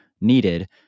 needed